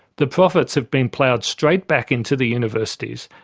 the profits have been ploughed straight back into the universities,